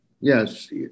Yes